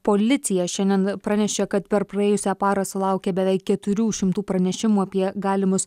policija šiandien pranešė kad per praėjusią parą sulaukė beveik keturių šimtų pranešimų apie galimus